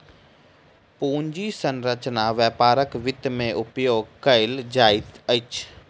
पूंजी संरचना व्यापारक वित्त में उपयोग कयल जाइत अछि